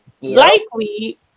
likely